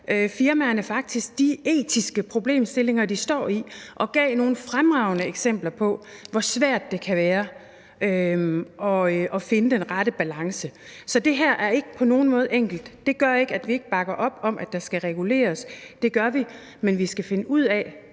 firmaerne faktisk de etiske problemstillinger, de står i, og gav nogle fremragende eksempler på, hvor svært det kan være at finde den rette balance. Så det her ikke på nogen måde enkelt. Det gør ikke, at vi ikke bakker op om, at der skal reguleres – det gør vi – men vi skal finde ud af,